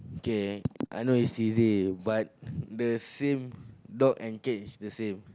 K I know is easy but the same dog and cat is the same